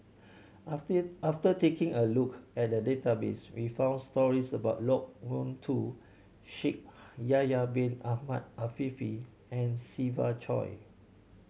after after taking a look at the database we found stories about Loke Wan Tho Shaikh Yahya Bin Ahmed Afifi and Siva Choy